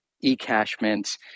e-cashments